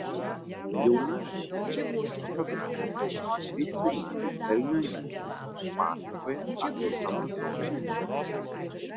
jauna rašytoja fotografė kristina stalnionytė pasakoja apie amazoniją